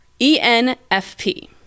ENFP